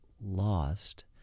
lost